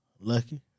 Lucky